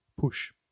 push